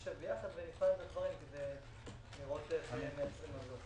כץ נשב ביחד ונבחן את הדברים כדי לראות איך מייצרים מזור.